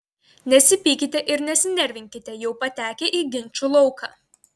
nesipykite ir nesinervinkite jau patekę į ginčų lauką